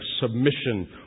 submission